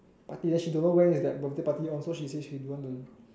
party then she don't know when is that birthday party one so she said she don't want to